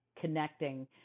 connecting